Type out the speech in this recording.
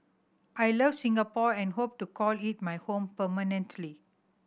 I love Singapore and hope to call it my home permanently